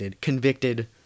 convicted